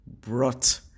brought